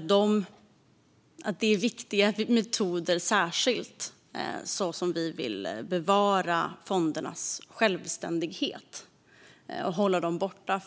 Det är viktiga metoder, särskilt eftersom vi vill bevara fondernas självständighet och hålla dem borta